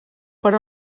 per